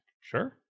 Sure